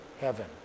heaven